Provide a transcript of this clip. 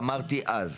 ואמרתי אז,